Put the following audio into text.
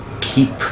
keep